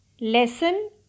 Lesson